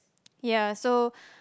ya so